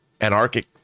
anarchic